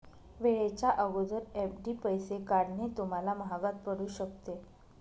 वेळेच्या अगोदर एफ.डी पैसे काढणे तुम्हाला महागात पडू शकते